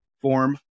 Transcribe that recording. form